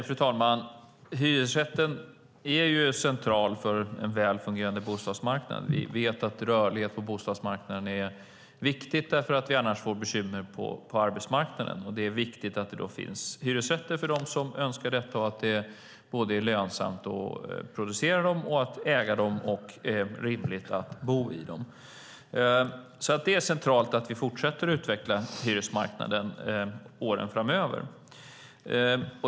Fru talman! Hyresrätten är central för en väl fungerande bostadsmarknad. Vi vet att rörlighet på bostadsmarknaden är viktig därför att vi annars får bekymmer på arbetsmarknaden. Det är viktigt att det finns hyresrätter för dem som önskar det, att det är lönsamt att producera dem och äga dem och att det är rimligt att bo i dem. Det är centralt att vi fortsätter att utveckla hyresmarknaden åren framöver.